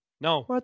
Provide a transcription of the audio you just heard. No